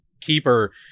keeper